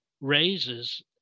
raises